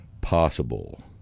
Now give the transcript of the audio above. possible